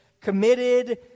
committed